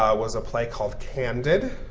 ah was a play called candid